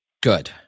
Good